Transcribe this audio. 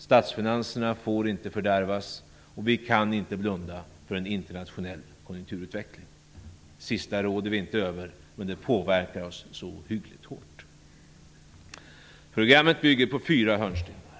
Statsfinanserna får inte fördärvas, och vi kan inte blunda för en internationell konjunkturutveckling. Det sista råder vi inte över, men det påverkar oss ohyggligt hårt. Programmet bygger på fyra hörnstenar.